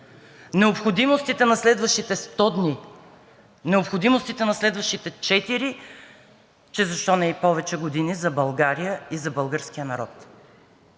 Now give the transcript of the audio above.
необходимостите на следващите 100 дни, необходимостите на следващите четири, че защо не и повече, години за България и за българския народ.